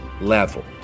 level